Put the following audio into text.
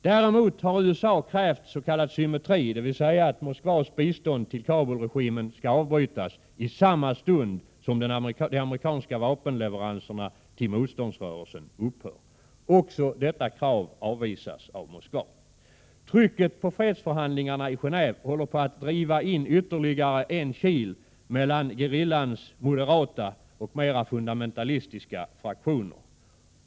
Däremot har USA krävt s.k. symmetri, dvs. att Moskvas bistånd till Kabulregimen skall avbrytas i samma stund som de amerikanska vapenleveranserna till motståndsrörelsen upphör. Också detta krav avvisas av Moskva. Trycket på fredsförhandlingarna i Geneve håller på att driva in ytterligare en kil mellan gerillans moderata och mera fundamentalistiska fraktioner.